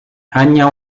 hanya